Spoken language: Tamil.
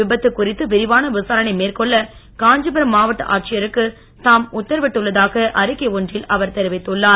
விபத்து குறித்து விரிவான விசாரணை மேற்கொள்ள காஞ்சிபுரம் மாவட்ட ஆட்சியருக்கு தாம் உத்தரவிட்டுள்ளதாக அறிக்கை ஒன்றில் அவர் தெரிவித்துள்ளார்